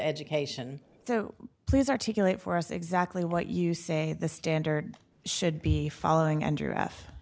education please articulate for us exactly what you say the standard should be following and